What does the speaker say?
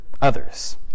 others